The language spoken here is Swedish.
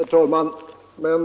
Herr talman!